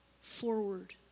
forward